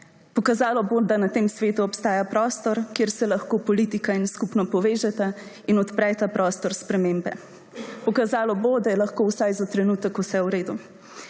Pokazalo bo, da na tem svetu obstaja prostor, kjer se lahko politika in skupno povežeta in odpreta prostor spremembe. Pokazalo bo, da je lahko vsaj za trenutek vse v redu.